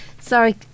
Sorry